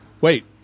Wait